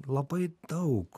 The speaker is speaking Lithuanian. labai daug